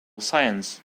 science